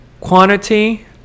quantity